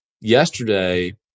yesterday